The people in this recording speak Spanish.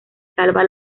salva